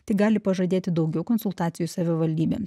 tik gali pažadėti daugiau konsultacijų savivaldybėms